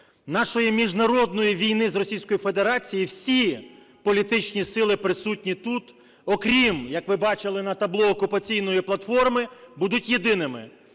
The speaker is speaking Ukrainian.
нашої міжнародної війни з Російською Федерацією всі політичні сили, присутні тут, окрім, як ви бачили на табло, "окупаційної платформи", будуть єдиними.